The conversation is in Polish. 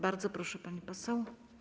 Bardzo proszę, pani poseł.